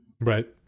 Right